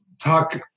talk